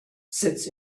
sits